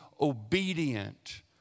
obedient